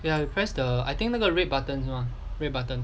we are you press the I think 那个 red buttons one red button